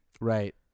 Right